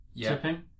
tipping